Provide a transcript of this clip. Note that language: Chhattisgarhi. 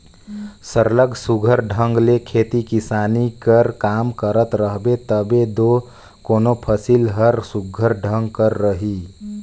सरलग सुग्घर ढंग ले खेती किसानी कर काम करत रहबे तबे दो कोनो फसिल हर सुघर ढंग कर रही